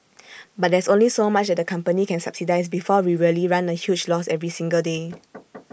but there's only so much that the company can subsidise before we really run A huge loss every single day